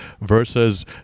versus